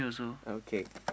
okay